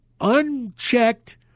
unchecked